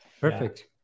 Perfect